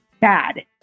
bad